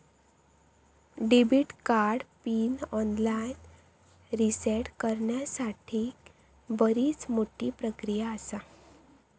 debit card pin online reset करण्यासाठीक बरीच मोठी प्रक्रिया आसा